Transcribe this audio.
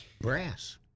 Brass